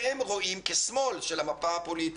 שהם רואים כשמאל של המפה הפוליטית.